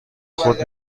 خود